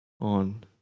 on